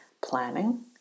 planning